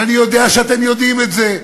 ואני יודע שאתם יודעים את זה,